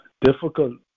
difficult